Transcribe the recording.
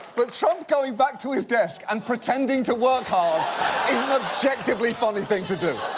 but trump going back to his desk and pretending to work hard is an objectively funny thing to do.